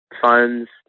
funds